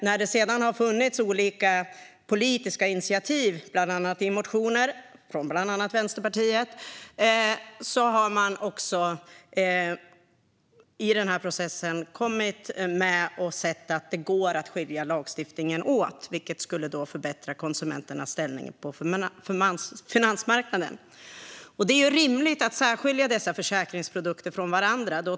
När det sedan har funnits olika politiska initiativ, bland annat i motioner från bland andra Vänsterpartiet, har man kommit med i processen och sett att det går att skilja försäkringarna åt i lagstiftningen, vilket skulle förbättra konsumenternas ställning på finansmarknaden. Det är rimligt att särskilja dessa försäkringsprodukter från varandra.